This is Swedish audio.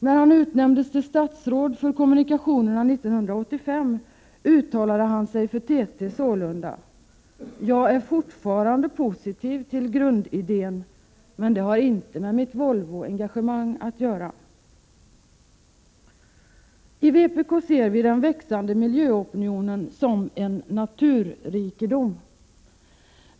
När han utnämndes till statsråd med ansvar för kommunikationerna 1985, uttalade han sig för TT: ”Jag är fortfarande positiv till grundidén, men det har inte med mitt Volvo-engagemang att göra.” I vpk ser vi den växande miljöopinionen som en naturrikedom.